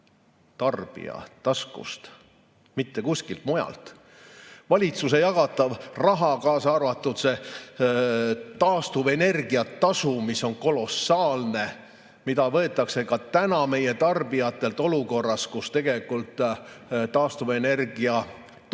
tarbija taskust, mitte kuskilt mujalt. Valitsuse jagatav raha, kaasa arvatud taastuvenergia tasu, mis on kolossaalne ja mida võetakse ka täna meie tarbijatelt olukorras, kus tegelikult taastuva energia tootjad